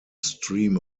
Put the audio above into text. stream